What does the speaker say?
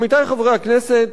עמיתי חברי הכנסת,